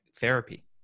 therapy